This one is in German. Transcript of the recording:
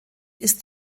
ist